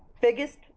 Biggest